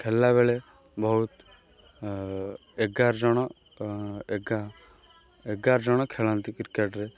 ଖେଳିଲାବେଳେ ବହୁତ ଏଗାର ଜଣ ଏଗା ଏଗାର ଜଣ ଖେଳନ୍ତି କ୍ରିକେଟ୍ରେ